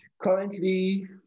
Currently